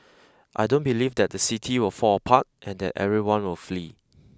I don't believe that the city will fall apart and that everyone will flee